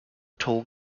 toll